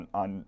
on